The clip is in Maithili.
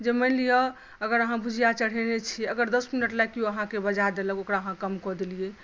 जे मानि लिअ अगर अहाँ भुजिया चढ़ेने छी अगर दस मिनट लेल कोइ अहाँके बजा देलक ओकरा अहाँ कम कऽ देलियै